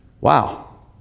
Wow